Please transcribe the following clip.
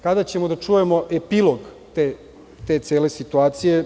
Kada ćemo da čujemo epilog te cele situacije?